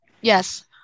Yes